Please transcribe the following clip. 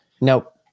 nope